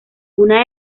una